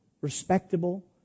respectable